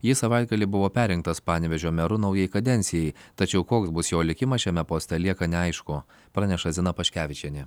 jis savaitgalį buvo perrinktas panevėžio meru naujai kadencijai tačiau koks bus jo likimas šiame poste lieka neaišku praneša zina paškevičienė